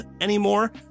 anymore